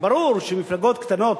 ברור שמפלגות קטנות,